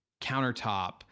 countertop